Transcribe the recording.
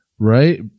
Right